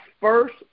first